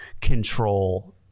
control